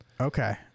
Okay